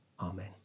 Amen